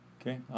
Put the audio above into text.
Okay